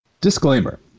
Disclaimer